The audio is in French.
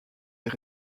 est